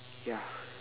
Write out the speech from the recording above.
ya